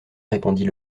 répondit